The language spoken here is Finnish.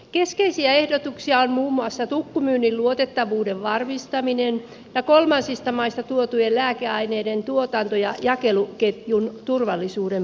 keskeisiä ehdotuksia ovat muun muassa tukkumyynnin luotettavuuden varmistaminen ja kolmansista maista tuotujen lääkeaineiden tuotanto ja jakeluketjun turvallisuuden parantaminen